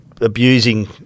abusing